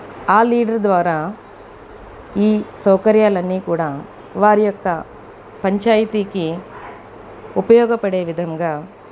ఆ లీడర్ ద్వారా ఈ సౌకర్యాలన్నీ కూడా వారి యొక్క పంచాయితీకి ఉపయోగపడే విధంగా